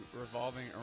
revolving